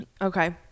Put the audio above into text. Okay